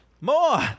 More